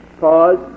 pause